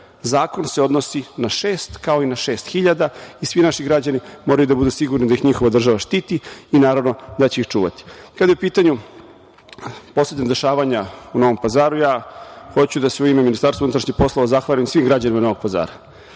zakon se odnosi i na šest kao i na šest hiljada i svi naši građani moraju da budu sigurni da ih njihova država štiti i naravno da će ih čuvati. Kada su u pitanju poslednja dešavanja u Novom Pazaru, hoću da se u ime Ministarstva unutrašnjih poslova zahvalim svim građanima Novog Pazara